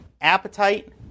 Appetite